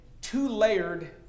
two-layered